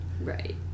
Right